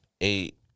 eight